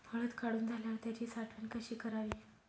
हळद काढून झाल्यावर त्याची साठवण कशी करावी?